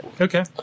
Okay